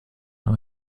aber